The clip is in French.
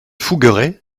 fougueray